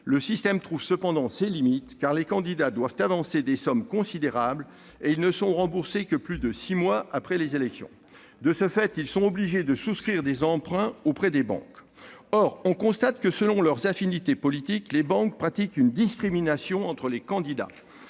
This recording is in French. le système atteint toutefois ses limites, car les candidats doivent avancer des sommes considérables, et ils ne sont remboursés que plus de six mois après l'élection en question. De ce fait, ils sont obligés de souscrire des emprunts auprès des banques. Or on constate que, selon leurs affinités politiques, les banques pratiquent une discrimination entre les candidats.